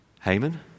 Haman